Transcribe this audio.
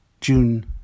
June